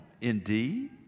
Indeed